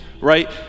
right